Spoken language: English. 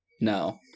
No